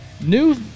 new